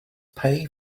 pay